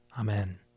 Amen